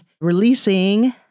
releasing